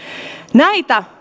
näitä